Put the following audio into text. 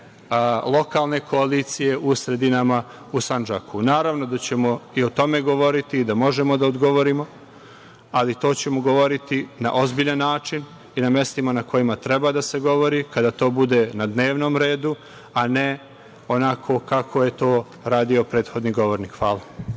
lokalne koaliciji u sredinama u Sandžaku. Naravno da ćemo i o tome govoriti i da možemo da odgovorimo, ali o tome ćemo govoriti na ozbiljan način i na mestima na kojima treba da se govori, kada to bude na dnevnom redu, a ne onako kako je to radio prethodni govornik. Hvala.